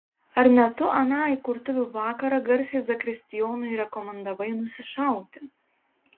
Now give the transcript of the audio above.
ar ne tu aną įkurtuvių vakarą garsiai zakristijonui rekomendavai nusišauti